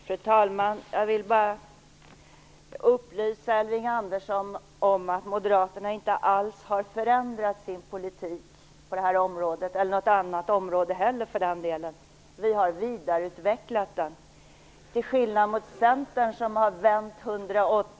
Fru talman! Jag vill bara upplysa Elving Andersson om att Moderaterna inte alls har förändrat sin politik vare sig på det här området eller på något annat område. Vi har i stället vidareutvecklat vår politik - till skillnad från Centern som har vänt